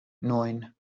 neun